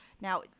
now